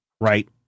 right